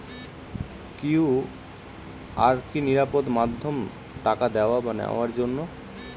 QR কি নিরাপদ মাধ্যম টাকা দেওয়া বা নেওয়ার জন্য?